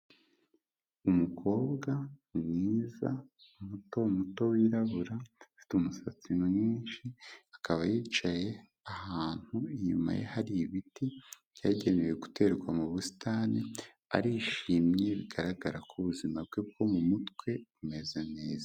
Umukobwa mwiza muto muto wirabura, afite umusatsi mwinshi akaba yicaye ahantu inyuma hari ibiti byagenewe guterwa mu busitani, arishimye bigaragara ko ubuzima bwe bwo mu mutwe bumeze neza.